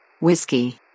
Whiskey